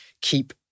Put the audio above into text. keep